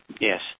Yes